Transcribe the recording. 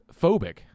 phobic